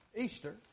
Easter